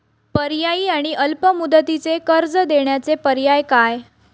पर्यायी आणि अल्प मुदतीचे कर्ज देण्याचे पर्याय काय?